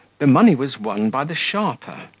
the money was won by the sharper,